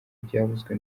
byavuzwe